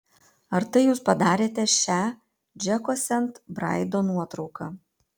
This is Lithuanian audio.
ar tai jūs padarėte šią džeko sent braido nuotrauką